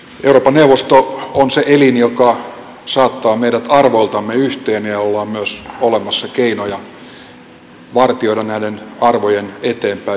euroopan neuvosto on se elin joka saattaa meidät arvoiltamme yhteen ja jolla on myös olemassa keinoja vartioida näiden arvojen eteenpäinvientiä